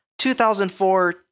2004